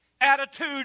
attitude